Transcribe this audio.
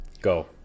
Go